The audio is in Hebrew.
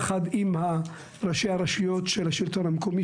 יחד עם ראשי הרשויות של השלטון המקומי